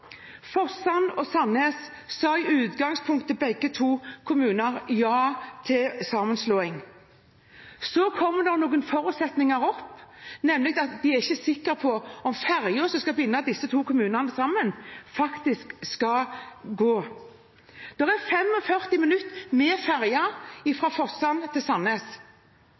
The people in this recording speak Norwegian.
og Sandnes kommuner sa i utgangspunktet begge to ja til sammenslåing. Så kommer det opp noen forutsetninger, nemlig at de ikke er sikre på om ferja som skal binde disse to kommunene sammen, faktisk skal gå. Det er 45 minutter med ferja fra Forsand til Sandnes.